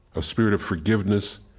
a spirit of forgiveness,